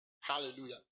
Hallelujah